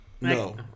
no